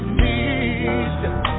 need